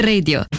Radio